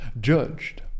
judged